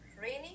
raining